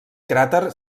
cràter